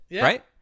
right